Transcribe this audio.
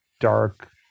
dark